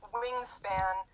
wingspan